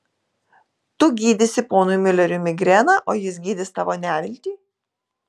tu gydysi ponui miuleriui migreną o jis gydys tavo neviltį